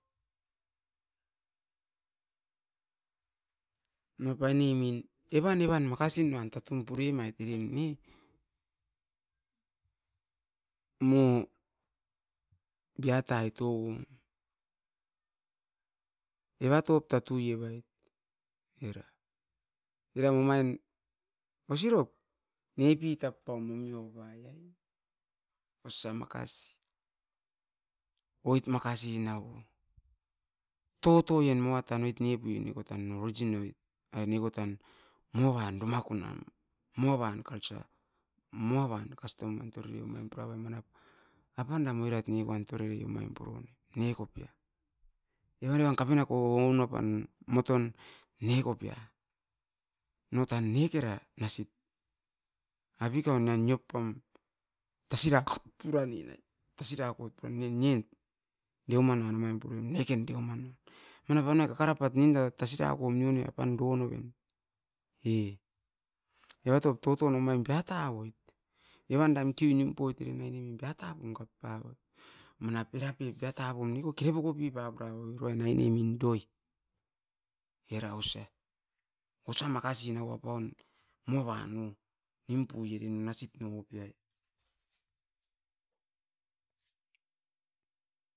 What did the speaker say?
Aine o tatun purane mait no biatai tovom. Eram omain osi rop nepitap paum ai, osa makasi, oit makasi totoen moava tan, oit nepue neko tan moa van numakon, moavan culture, moavan kastom, an torero, apan eram torero omait mo puronem. Neko tan. No tan nekera nasitoi omain tan neko pia torerep pian. Kekera nasit noan tan no tan nasit nim pue.